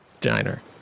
Diner